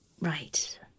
right